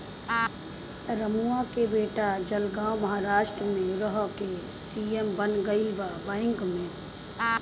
रमुआ के बेटा जलगांव महाराष्ट्र में रह के सी.ए बन गईल बा बैंक में